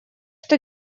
что